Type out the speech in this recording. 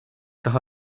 daha